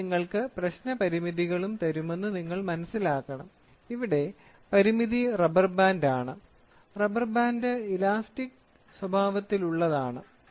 ഞാൻ നിങ്ങൾക്ക് പ്രശ്ന പരിമിതികളും തരുമെന്ന് നിങ്ങൾ മനസിലാക്കണം ഇവിടെ പരിമിതി റബ്ബർ ബാൻഡാണ് റബ്ബർ ബാൻഡ് ഇലാസ്റ്റിക് സ്വഭാവത്തിലാണ്